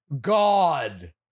god